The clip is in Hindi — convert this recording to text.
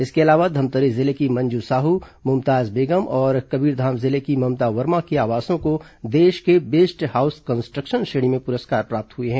इसके अलावा धमतरी जिले की मंजू साहू मुमताज बेगम और कबीरधाम जिले की ममता वर्मा के आवासों को देश के बेस्ट हाउस कंस्ट्रक्शन श्रेणी में पुरस्कार प्राप्त हुए हैं